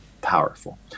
powerful